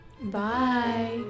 Bye